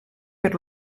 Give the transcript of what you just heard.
per